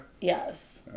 Yes